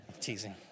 Teasing